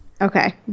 Okay